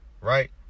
right